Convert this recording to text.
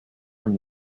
from